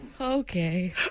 Okay